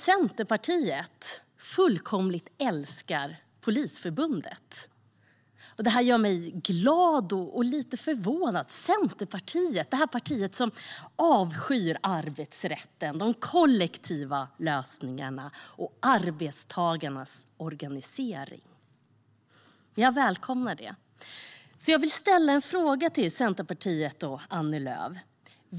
Centerpartiet - det här partiet som avskyr arbetsrätten, de kollektiva lösningarna och arbetstagarnas organisering - fullkomligt älskar Polisförbundet. Det gör mig glad och lite förvånad, och jag välkomnar det. Jag vill ställa en fråga till Centerpartiet och Annie Lööf.